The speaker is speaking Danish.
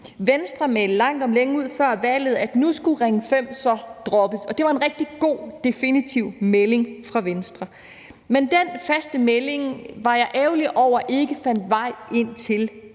Venstre meldte langt om længe ud før valget, at Ring 5 nu skulle droppes, og det var en rigtig god, definitiv melding fra Venstre. Men jeg var ærgerlig over, at den håndfaste